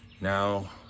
Now